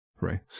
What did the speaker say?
right